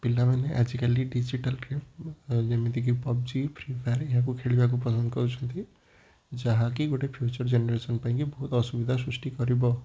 ପିଲାମାନେ ଆଜିକାଲି ଡିଜିଟାଲ୍ ଯେମିତିକି ପବ୍ଜି ଫ୍ରିଫାୟାର ଏହାକୁ ଖେଳିବାକୁ ପସନ୍ଦ କରୁଛନ୍ତି ଯାହାକି ଗୋଟେ ଫ୍ୟୁଚର୍ ଜେନେରେସନ୍ ପାଇଁକି ବହୁତ ଅସୁବିଧା ସୃଷ୍ଟି କରିବ